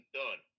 done